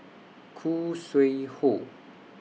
Khoo Sui Hoe